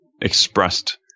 expressed